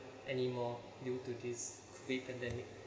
anymore due to this COVID pandemic